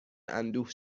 اندوه